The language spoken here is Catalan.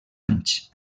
anys